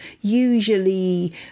usually